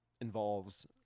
involves